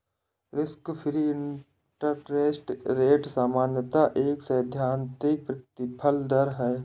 risk free interest rate सामान्यतः एक सैद्धांतिक प्रतिफल दर है